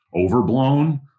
overblown